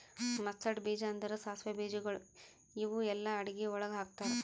mustard ಬೀಜ ಅಂದುರ್ ಸಾಸಿವೆ ಬೀಜಗೊಳ್ ಇವು ಎಲ್ಲಾ ಅಡಗಿ ಒಳಗ್ ಹಾಕತಾರ್